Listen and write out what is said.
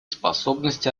способность